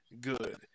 good